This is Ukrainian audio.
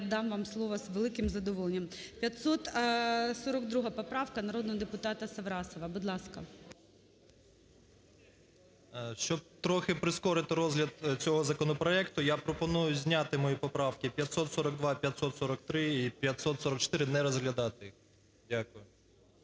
дам вам слово з великим задоволенням. 542 поправка народного депутатаСаврасова. Будь ласка. 13:19:24 САВРАСОВ М.В. Щоб трохи прискорити розгляд цього законопроекту, я пропоную зняти мої поправки 542, 543 і 544, не розглядати їх. Дякую.